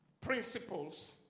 Principles